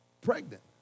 pregnant